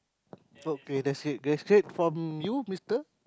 okay that is that's great from you Mister